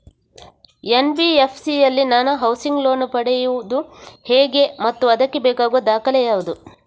NBFC ಯಲ್ಲಿ ನಾನು housing loan ಪಡೆಯುದು ಹೇಗೆ ಮತ್ತು ಅದಕ್ಕೆ ಬೇಕಾಗುವ ದಾಖಲೆ ಯಾವುದು?